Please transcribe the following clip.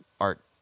art